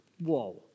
Whoa